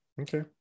Okay